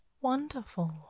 Wonderful